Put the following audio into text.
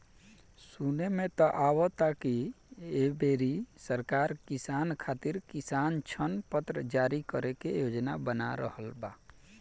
सुने में त आवता की ऐ बेरी सरकार किसान खातिर किसान ऋण पत्र जारी करे के योजना बना रहल बा